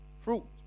fruit